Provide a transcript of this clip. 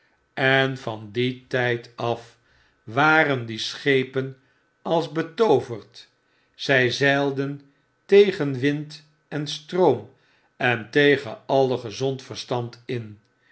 en van dien tyd af waren die schepen ais betooverd zy zeilden tegen wind en stroom en tegen alle gezond verstand in